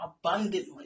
abundantly